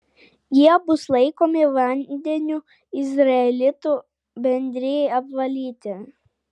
jie bus laikomi vandeniu izraelitų bendrijai apvalyti